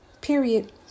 Period